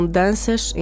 danças